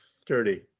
sturdy